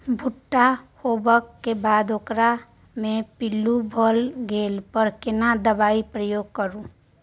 भूट्टा होबाक बाद ओकरा मे पील्लू भ गेला पर केना दबाई प्रयोग करू?